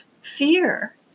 fear